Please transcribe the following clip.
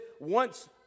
once-